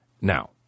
now